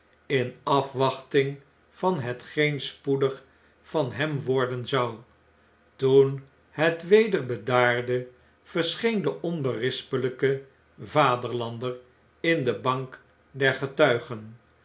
in afwachting van hetgeen spoedig van hem worden zou toen het weder bedaarde verscheen de onberispelijke vaderlander in de bank der getuigen